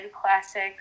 classic